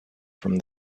from